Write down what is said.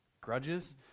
grudges